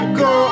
go